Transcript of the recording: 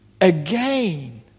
again